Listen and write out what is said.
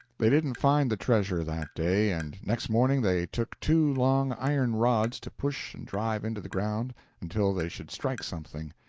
they didn't find the treasure that day, and next morning they took two long iron rods to push and drive into the ground until they should strike something.